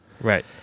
Right